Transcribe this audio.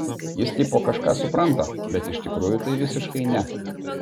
jis tipo kažką supranta bet iš tikrųjų tai visiškai ne